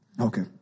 okay